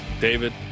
David